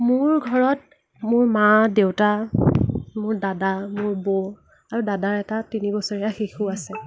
মোৰ ঘৰত মোৰ মা দেউতা মোৰ দাদা মোৰ বৌ আৰু দাদাৰ এটা তিনি বছৰীয়া শিশু আছে